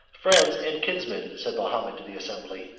friends and kinsmen, said mahomet to the assembly,